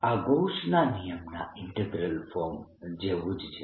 આ ગૌસના નિયમ Gausss law ના ઈન્ટીગ્રલ ફોર્મ જેવું જ છે